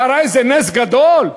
קרה איזה נס גדול?